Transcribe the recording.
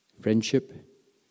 friendship